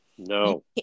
No